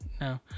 No